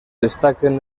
destaquen